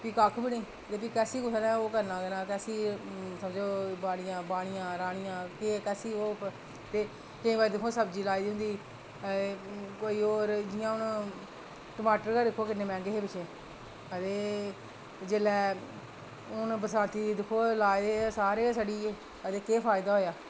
कक्ख बी नेईं ते भी किसी कुसै नै करना किसी कुसै नै बाड़ियां राह्नियां बाह्नियां किसी ओह् केईं बारी दिक्खो आं सब्जी लाई दी होंदी कोई होर जि'यां हून टमाटर गै दिक्खो किन्ने मैंह्गे हे पिच्छें ते जेल्लै हून बरसांती दिक्खो आं लाये ते सारे गै सड़ी गे